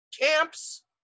camps